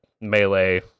melee